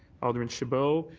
alderman chabot.